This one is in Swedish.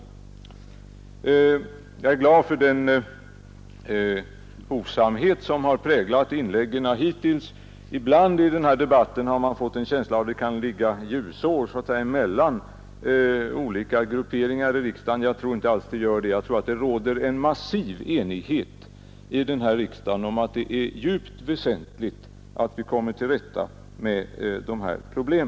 Jag är glad för den hovsamma ton som präglat inläggen hittills. Ibland har man i debatter i denna fråga fått en känsla av att det ligger ljusår mellan olika grupperingar i riksdagen. I verkligheten råder det en massiv enighet i riksdagen om att det är högst väsentligt att vi kommer till rätta med detta problem.